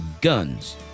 guns